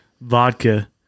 vodka